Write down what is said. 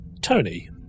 Tony